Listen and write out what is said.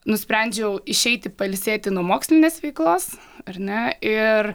nusprendžiau išeiti pailsėti nuo mokslinės veiklos ar ne ir